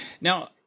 Now